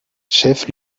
chef